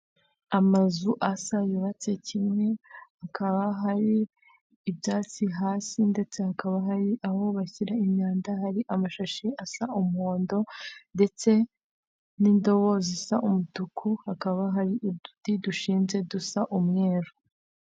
Amazu asa yubatse kimwe, hakaba hari ibyatsi hasi ndetse hakaba hari aho bashyira imyanda, hari amashashi asa umuhondo ndetse n'indobo zisa umutuku, hakaba hari uduti dushinze dusa umweru.